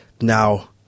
Now